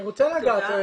אני רוצה רגע להגיב.